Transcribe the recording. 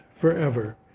forever